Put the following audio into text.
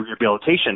rehabilitation